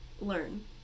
learn